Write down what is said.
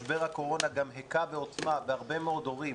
משבר הקורונה גם היכה בעוצמה בהרבה מאוד הורים